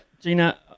Gina